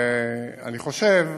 אני חושב,